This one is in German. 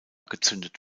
gezündet